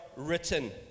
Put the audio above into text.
written